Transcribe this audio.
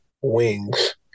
wings